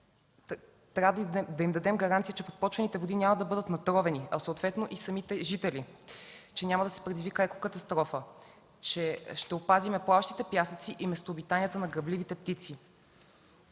Трябва да им дадем гаранция, че подпочвените води няма да бъдат натровени, а съответно и самите жители, че няма да се предизвика екокатастрофа, че ще опазим плаващите пясъци и местообитанията на грабливите птици.